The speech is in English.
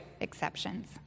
exceptions